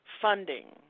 funding